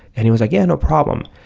and he was like, yeah, no problem.